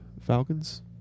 Falcons